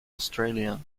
australia